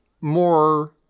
more